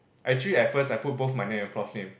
actually at first I put both my name and prof name